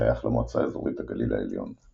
השייך למועצה אזורית הגליל העליון.